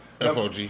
FOG